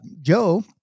Joe